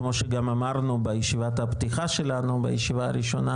כמו שגם אמרנו בישיבת הפתיחה שלנו בישיבה הראשונה